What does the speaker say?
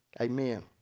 Amen